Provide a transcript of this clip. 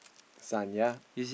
son ya